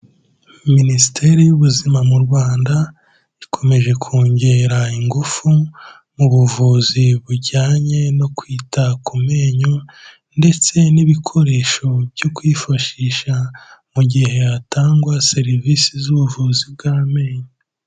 Minisiteri y'Ubuzima mu Rwanda, ikomeje kongera ingufu mu buvuzi bujyanye no kwita ku menyo ndetse n'ibikoresho byo kwifashisha, mu gihe hatangwa serivise z'ubuvuzi bw'amenyo.